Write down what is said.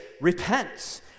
repents